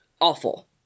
awful